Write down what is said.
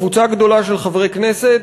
קבוצה גדולה של חברי כנסת,